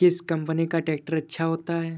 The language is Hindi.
किस कंपनी का ट्रैक्टर अच्छा होता है?